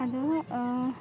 ᱟᱫᱚ